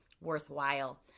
worthwhile